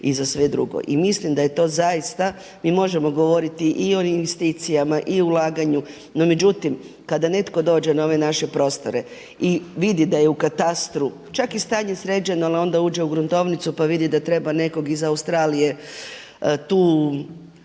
I mislim da je to zaista, mi možemo govoriti i o investicijama i o ulaganju, međutim, kada netko dođe na ove naše prostore i vidi da je u katastru čak i stanje sređeno, ali onda uđe u gruntovnici pa vidi da treba nekog iz Australije tu